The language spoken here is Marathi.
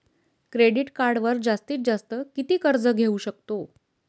क्रेडिट कार्डवर जास्तीत जास्त किती कर्ज घेऊ शकतो?